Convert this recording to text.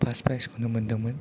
fast prize खौनो मोनदोंमोन